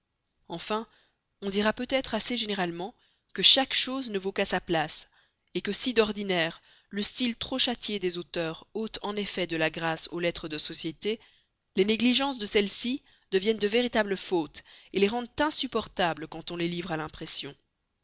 enfin on dira peut-être assez généralement que chaque chose ne vaut qu'à sa place que si d'ordinaire le style trop châtié des auteurs ôte en effet de la grâce aux lettres de société les négligences de celles-ci deviennent de véritables fautes les rendent insupportables quand on les livre à l'impression